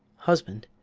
husband,